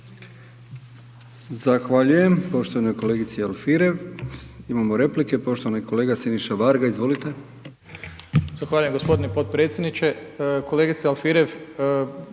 Zahvaljujem poštovanoj kolegici Alfirev. Imamo replike poštovani kolega Siniša Varga, izvolite. **Varga, Siniša (Nezavisni)** Zahvaljujem gospodine podpredsjedniče, kolegice Alfirev